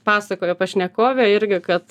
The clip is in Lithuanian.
pasakojo pašnekovė irgi kad